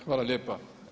Hvala lijepa.